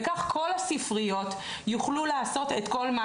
וכך כל הספריות יוכלו לעשות את כל מה